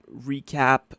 recap